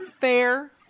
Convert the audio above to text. fair